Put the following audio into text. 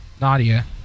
Nadia